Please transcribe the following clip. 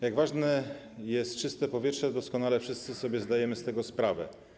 Jak ważne jest czyste powietrze, doskonale wszyscy sobie zdajemy z tego sprawę.